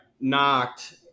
knocked